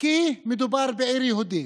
כי מדובר בעיר יהודית.